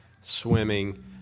swimming